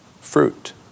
fruit